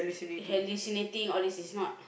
hallucinating all these is not